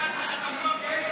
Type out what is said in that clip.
לוועדה שתקבע ועדת הכנסת נתקבלה.